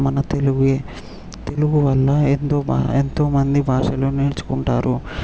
మన తెలుగే తెలుగు వల్ల ఎంతో ఎంతోమంది భాషలు నేర్చుకుంటారు